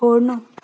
छोड्नु